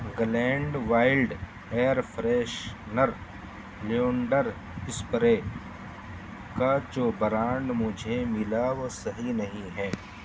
gland wild air freshener lavender spray کا جو brand مجھے ملا وہ صحیح نہیں ہے